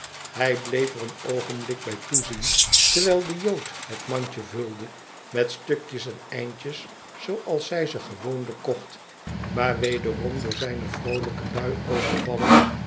hij bleef er een oogenblik bij toezien terwijl de jood het mantje vulde met stukjes en eindjes zooals zij ze gewoonlijk kocht maar wederom door zijne vroolijke bui overvallen